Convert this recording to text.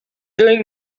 doing